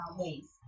ways